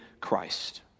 Christ